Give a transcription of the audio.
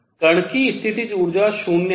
कण की स्थितिज ऊर्जा शून्य है